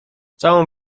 całą